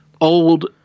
old